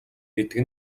гэдэг